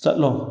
ꯆꯠꯂꯣ